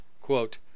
quote